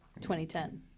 2010